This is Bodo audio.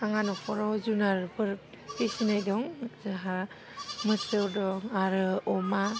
आंहा नख'राव जुनारफोर फिसिनाय दं जोंहा मोसौ दं आरो अमा